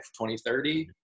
2030